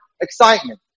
excitement